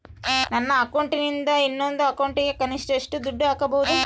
ನನ್ನ ಅಕೌಂಟಿಂದ ಇನ್ನೊಂದು ಅಕೌಂಟಿಗೆ ಕನಿಷ್ಟ ಎಷ್ಟು ದುಡ್ಡು ಹಾಕಬಹುದು?